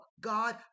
God